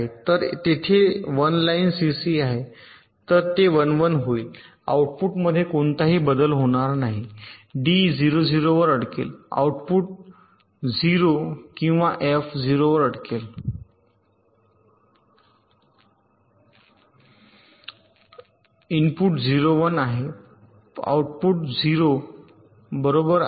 तर तेथे 1 line C C आहे तर ते १ १ होईल आऊटपुटमध्ये कोणताही बदल होणार नाही डी 0 0 वर अडकेल आउटपुट ० किंवा एफ 0 वर अडकले इनपुट 0 1 आहे परंतु आउटपुट 0 बरोबर आहे